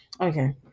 okay